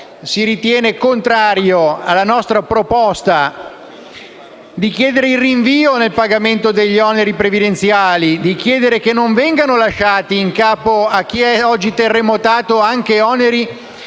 si ritiene contrario alla nostra proposta di chiedere il rinvio del pagamento degli oneri previdenziali, di chiedere che non vengano lasciati in capo a chi è oggi terremotato oneri che maturano